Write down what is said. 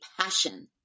passion